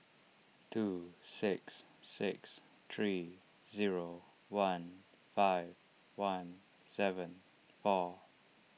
two six six three zero one five one seven four